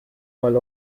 while